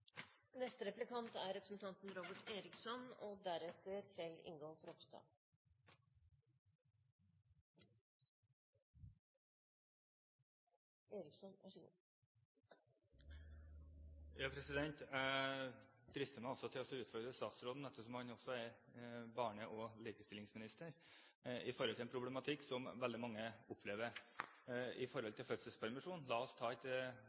Jeg drister meg også til å utfordre statsråden, ettersom han også er barne- og likestillingsminister, når det gjelder en problematikk som veldig mange opplever i forbindelse med fødselspermisjon. La oss ta et